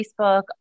Facebook